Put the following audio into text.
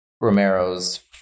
Romero's